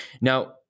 now